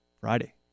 Friday